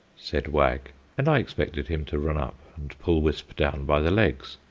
said wag and i expected him to run up and pull wisp down by the legs,